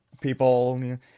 people